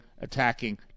attacking